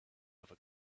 other